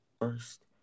First